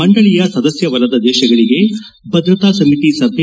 ಮಂಡಳಿಯ ಸದಸ್ನವಲ್ಲದ ದೇಶಗಳಿಗೆ ಭದ್ರತಾ ಸಮಿತಿ ಸಭೆ